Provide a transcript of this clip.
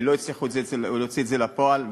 לא הצליחו להוציא את זה לפועל,